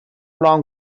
long